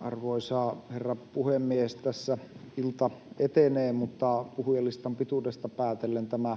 Arvoisa herra puhemies! Tässä ilta etenee, mutta puhujalistan pituudesta päätellen tämä